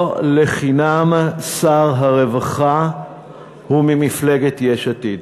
לא לחינם שר הרווחה הוא ממפלגת יש עתיד.